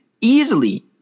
easily